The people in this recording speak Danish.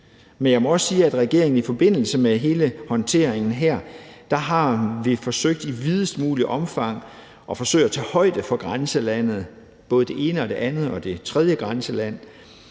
men jeg må også sige, at regeringen i forbindelse med hele håndteringen her i videst muligt omfang har forsøgt at tage højde for grænselandet, både det ene og det andet og det tredje grænseland,